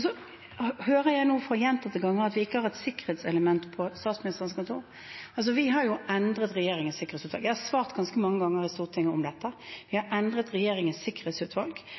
hører nå gjentatte ganger at vi ikke har et sikkerhetselement på Statsministerens kontor. Jeg har svart ganske mange ganger i Stortinget om dette. Vi har endret Regjeringens sikkerhetsutvalg,